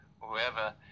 whoever